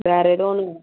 வேறு ஏதோ ஒன்று